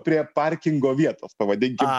prie parkingo vietos pavadinkim